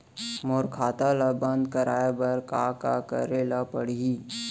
मोर खाता ल बन्द कराये बर का का करे ल पड़ही?